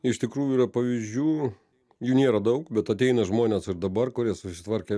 iš tikrųjų yra pavyzdžių jų nėra daug bet ateina žmonės ir dabar kurie susitvarkė